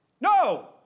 No